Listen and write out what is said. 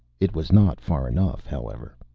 it was not far enough, however.